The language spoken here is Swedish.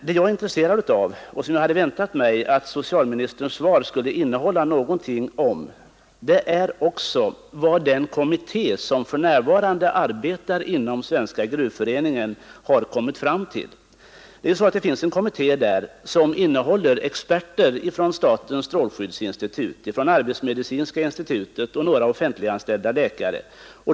Det jag är intresserad av, och som jag hade väntat mig att socialministerns svar skulle innehålla någonting om, det är vad den kommitté som för närvarande arbetar inom Svenska gruvföreningen för att undersöka cancerfrekvensen vid flera gruvor har kommit fram till. I denna kommitté ingår experter från statens strålskyddsinstitut och från arbetsmedicinska institutet samt några offentliganställda läkare.